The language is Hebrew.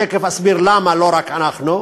תכף אסביר למה לא רק אנחנו,